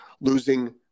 losing